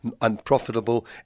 unprofitable